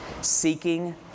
seeking